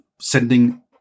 sending